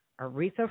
Aretha